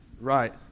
Right